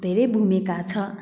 धेरै भूमिका छ